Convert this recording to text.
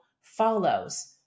follows